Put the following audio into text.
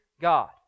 God